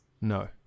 No